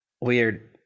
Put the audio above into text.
weird